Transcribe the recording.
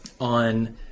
on